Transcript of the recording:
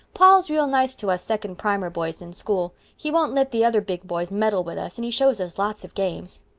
paul's real nice to us second primer boys in school. he won't let the other big boys meddle with us and he shows us lots of games.